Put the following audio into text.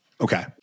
Okay